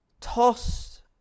Tossed